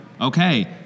Okay